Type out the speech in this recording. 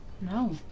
No